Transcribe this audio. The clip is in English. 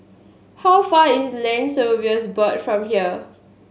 how far is Land Surveyors Board from here